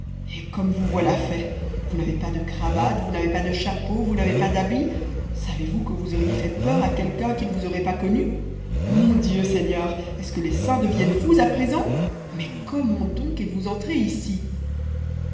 et comme vous voilà fait vous n'avez pas de cravate vous n'avez pas de chapeau vous n'avez pas d'habit savez-vous que vous auriez fait peur à quelqu'un qui ne vous aurait pas connu mon dieu seigneur est-ce que les saints deviennent fous à présent mais comment donc êtes-vous entré ici